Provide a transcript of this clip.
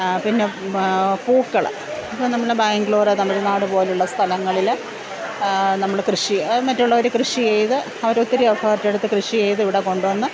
പിന്നെ പൂക്കള് ഇപ്പോള് നമ്മള് ബാംഗ്ലൂര് തമിഴ്നാട് പോലുള്ള സ്ഥലങ്ങളില് നമ്മള് കൃഷി മറ്റുള്ളവര് കൃഷിയെയ്ത് ഓരോരുത്തര് എഫേർട്ടെടുത്ത് കൃഷിയെയ്ത് ഇവിടെ കൊണ്ടുവന്ന്